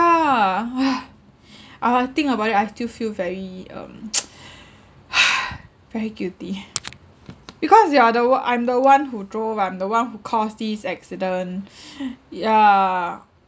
yeah uh I think about it I still feel very um very guilty because you are the o~ I'm the one who drove I'm the one who caused this accident yeah